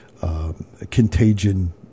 Contagion